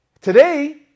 Today